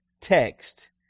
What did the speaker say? text